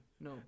no